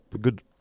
good